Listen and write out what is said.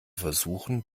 versuchen